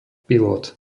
pilot